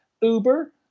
uber